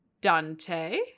Dante